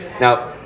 Now